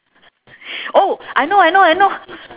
oh I know I know I know